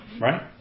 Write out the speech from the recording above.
Right